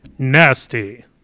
nasty